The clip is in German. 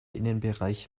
innenbereich